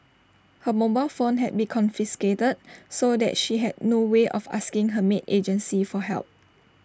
her mobile phone had been confiscated so that she had no way of asking her maid agency for help